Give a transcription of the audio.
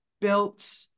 built